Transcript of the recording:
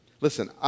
Listen